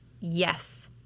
yes